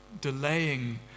delaying